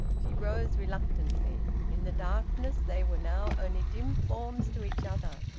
she rose reluctantly. in the darkness they were now only dim forms to each other.